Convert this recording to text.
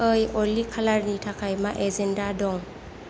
ओइ अलि कालारनि थाखाय मा एजेन्दा दं